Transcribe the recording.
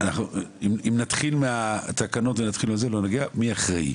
אם נתחיל מהתקנות לא נגיע לכלום.